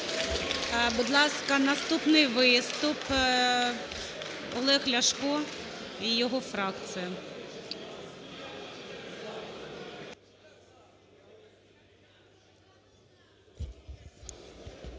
Будь ласка, наступний виступ. Олег Ляшко і його фракція.